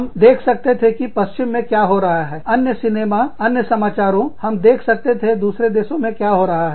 हम देख सकते थे कि पश्चिम में क्या हो रहा है अन्य सिनेमा अन्य समाचारों हम देख सकते थे दूसरे देशों में क्या हो रहा है